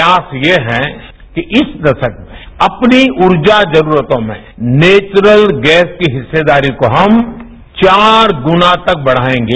प्रयास ये है कि इस दसक अपनी छर्जा जरूरतों में नेवरत गैस की हिस्सेदारी को हम चार गुणा तक बढ़ाएगें